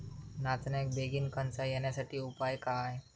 नाचण्याक बेगीन कणसा येण्यासाठी उपाय काय?